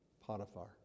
Potiphar